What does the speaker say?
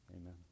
amen